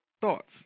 thoughts